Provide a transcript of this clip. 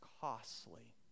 costly